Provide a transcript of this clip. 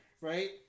Right